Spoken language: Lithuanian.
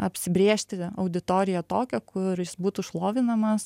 apsibrėžti auditoriją tokią kur jis būtų šlovinamas